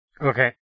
Okay